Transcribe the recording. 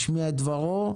הוא ישמיע את דברו,